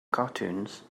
cartoons